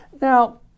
Now